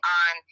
on